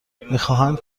میخواهند